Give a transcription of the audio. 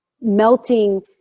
melting